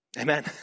Amen